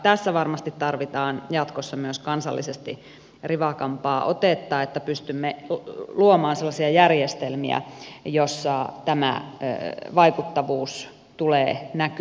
tässä varmasti tarvitaan jatkossa myös kansallisesti rivakampaa otetta että pystymme luomaan sellaisia järjestelmiä joissa tämä vaikuttavuus tulee näkyväksi